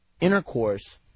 intercourse